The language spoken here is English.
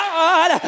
God